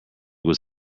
was